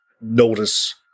notice